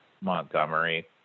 Montgomery